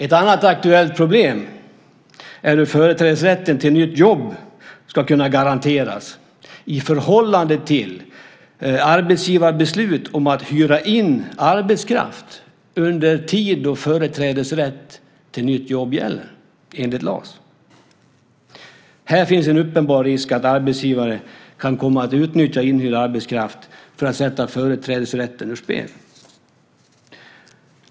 Ett annat aktuellt problem är hur företrädesrätten till nytt jobb ska kunna garanteras i förhållande till arbetsgivarbeslut om att hyra in arbetskraft under tider då företrädesrätt till nytt jobb enligt LAS gäller. Här finns en uppenbar risk att arbetsgivare kan komma att utnyttja inhyrd arbetskraft för att sätta företrädesrätten ur spel.